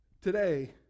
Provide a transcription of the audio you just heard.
today